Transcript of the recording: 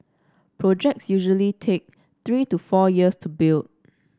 projects usually take three to four years to build